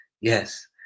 yes